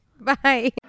Bye